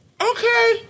Okay